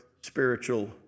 spiritual